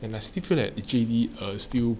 and I still feel that actually err still